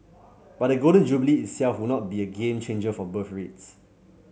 but the Golden Jubilee itself would not be a game changer for birth rates